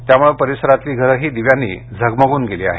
त्यामुळे परिसरातली घरंही दिव्यांनी झगमगून गेली आहेत